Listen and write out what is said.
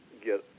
get